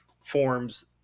forms